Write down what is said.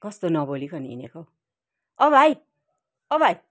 कस्तो नबोलिकन हिँडेको हौ औ भाइ औ भाइ